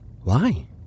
Why